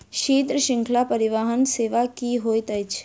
शीत श्रृंखला परिवहन सेवा की होइत अछि?